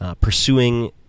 Pursuing